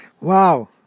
Wow